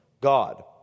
God